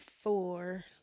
four